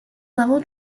level